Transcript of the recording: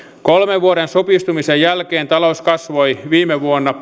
kolmen vuoden supistumisen jälkeen talous kasvoi viime vuonna